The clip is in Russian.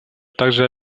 также